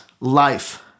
life